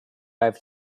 i’ve